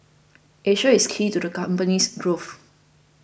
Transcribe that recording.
Asia is key to the company's growth